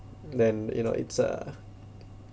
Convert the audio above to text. then you know it's a